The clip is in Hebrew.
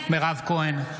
מירב כהן,